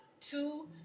Two